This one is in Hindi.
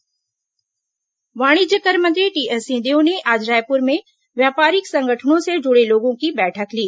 जीएसटी बैठक वाणिज्य कर मंत्री टीएस सिंहदेव ने आज रायपुर में व्यापारिक संगठनों से जुड़े लोगों की बैठक ली